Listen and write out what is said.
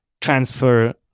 transfer